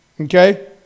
Okay